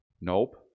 Nope